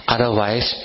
Otherwise